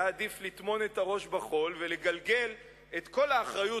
היה עדיף לטמון את הראש בחול ולגלגל את כל האחריות